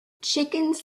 chickens